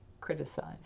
criticized